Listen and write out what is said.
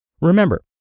Remember